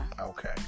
Okay